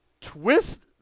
twist